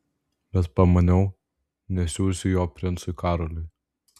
bet pamaniau nesiųsiu jo princui karoliui